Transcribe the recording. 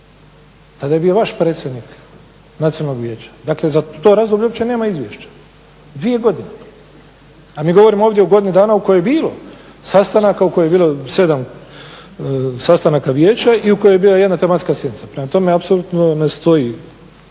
Tada je bio vaš predsjednik Nacionalnog vijeća. Dakle za to razdoblje uopće nema izvješća dvije godine, a mi govorimo ovdje o godini dana u kojoj je bilo sastanaka, u kojoj je bilo sedam sastanaka vijeća i u kojoj je bila jedna tematska sjednica. Prema tome, apsolutno ne stoji